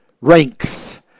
ranks